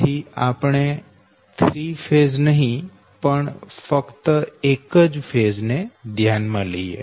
તેથી આપણે 3 ફેઝ નહી પણ ફક્ત એક જ ફેઝ ને ધ્યાન માં લઈએ